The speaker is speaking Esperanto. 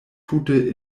tute